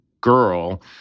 girl